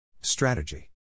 strategy